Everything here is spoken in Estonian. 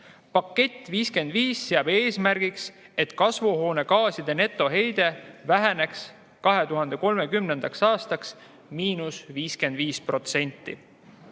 Pakett 55 seab eesmärgiks, et kasvuhoonegaaside netoheide väheneks 2030. aastaks 55%.